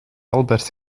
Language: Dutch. albert